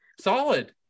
Solid